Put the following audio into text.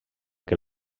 que